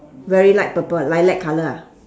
very light purple lilac colour ah